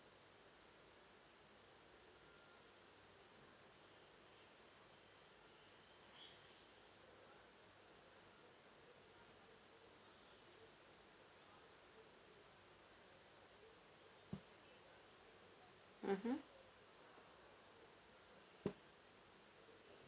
mmhmm